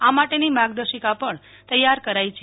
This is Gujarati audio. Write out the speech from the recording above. આ માટેની માર્ગદર્શિકા પણ તૈયાર કરાઈ છે